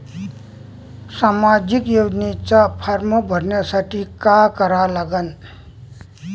सामाजिक योजनेचा फारम भरासाठी का करा लागन?